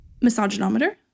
misogynometer